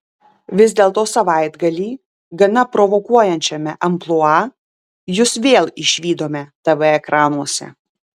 vis dėlto savaitgalį gana provokuojančiame amplua jus vėl išvydome tv ekranuose